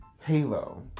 Halo